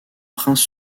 prince